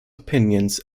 opinions